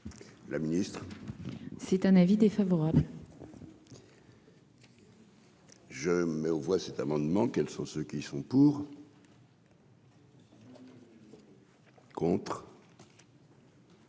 Le ministre, c'est un avis défavorable. Je mets aux voix cet amendement, quels sont ceux qui sont pour. Donc